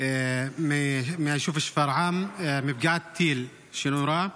מהיישוב שפרעם מפגיעת טיל שנורה,